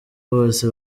bose